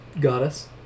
goddess